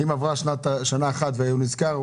אם עברה שנה אחת והוא נזכר,